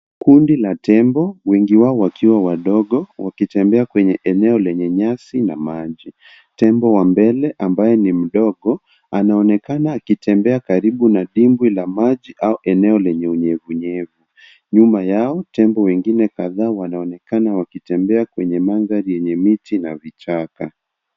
Kundi la tembo, wengi wao wakiwa wadogo, wakitembea kwenye eneo lenye nyasi na maji. Tembo wa mbele ambaye ni mdogo, anaonekana akitembea karibu na dimbwi la maji au eneo lenye unyevunyevu. Nyuma yao, tembo wengine kadhaa wanaonekana wakitembea kwenye mandhari yenye miti na vichaka.